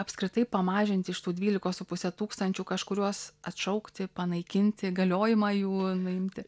apskritai pamažinti iš tų dvylikos su puse tūkstančių kažkuriuos atšaukti panaikinti įgaliojimą jų nuimti